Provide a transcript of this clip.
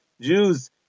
Jews